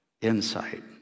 insight